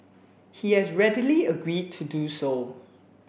he has readily agreed to do so